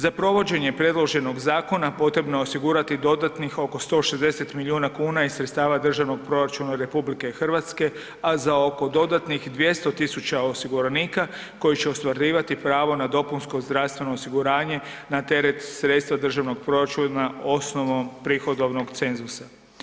Za provođenje predloženog zakona potrebno je osigurati dodatnih oko 160 milijuna kuna iz sredstava Državnog proračuna RH, a za oko dodatnih 200 000 osiguranika koji će ostvarivati pravo na dopunsko zdravstvo osiguranje na teret sredstva državnog proračuna osnovom prihodovnog cenzusa.